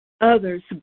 others